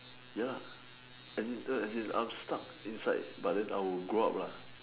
ya lah no as in I'm stuck inside but then I will grow up lah